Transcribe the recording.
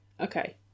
Okay